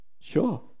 Sure